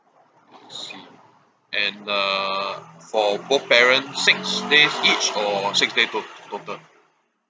I see and uh for both parents six days each or six day tot~ total